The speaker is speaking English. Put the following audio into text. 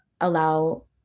allow